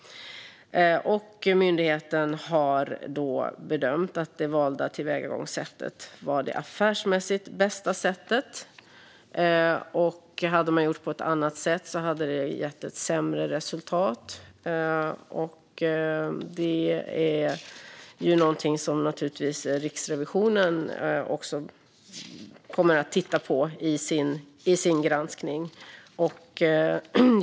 Myndigheten har då bedömt att det valda tillvägagångssättet var det affärsmässigt bästa. Hade man gjort på ett annat sätt hade det gett ett sämre resultat. Detta är naturligtvis något som också Riksrevisionen kommer att titta på i sin granskning.